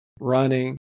running